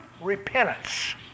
repentance